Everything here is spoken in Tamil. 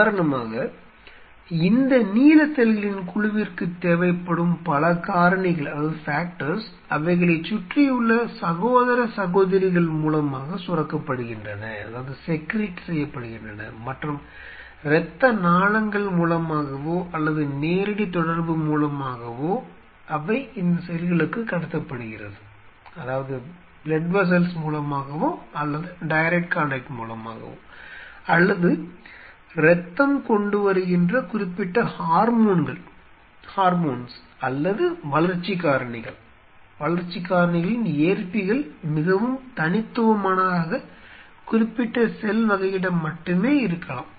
உதாரணமாக இந்த நீல செல்களின் குழுவிற்கு தேவைப்படும் பல காரணிகள் அவைகளைச் சுற்றியுள்ள சகோதர சகோதரிகள் மூலமாக சுரக்கப்படுகின்றன மற்றும் இரத்த நாளங்கள் மூலமாகவோ அல்லது நேரடி தொடர்பு மூலமாகவோ அவை இந்த செல்களுக்குக் கடத்தப்படுகிறது அல்லது இரத்தம் கொண்டுவருகின்ற குறிப்பிட்ட ஹார்மோன்கள் அல்லது வளர்ச்சி காரணிகளின் ஏற்பிகள் மிகவும் தனித்துவமானதாக குறிப்பிட்ட செல் வகையிடம் மட்டுமே இருக்கலாம்